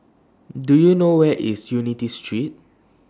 Do YOU know Where IS Unity Street